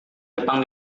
jepang